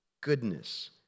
goodness